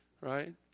Right